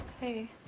Hey